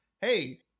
Hey